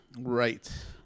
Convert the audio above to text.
Right